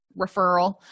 referral